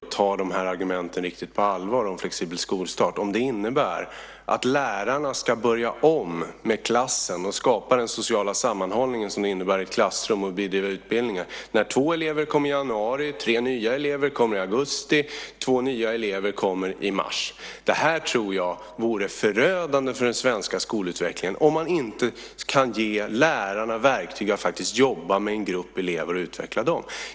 Herr talman! Ju mer man lyssnar på Centerpartiet, desto svårare blir det att ta argumenten om flexibel skolstart riktigt på allvar. Innebär det att lärarna ska börja om med utbildningen i klassen och med att skapa den sociala sammanhållning som det blir i ett klassrum när två elever kommer i januari, tre nya elever kommer i augusti och två nya elever kommer i mars? Jag tror att det vore förödande för den svenska skolutvecklingen om man inte kan ge lärarna verktyg att faktiskt jobba med en grupp elever och utveckla dem.